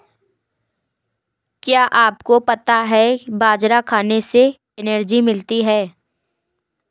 क्या आपको पता है बाजरा खाने से एनर्जी मिलती है?